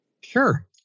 Sure